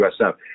USF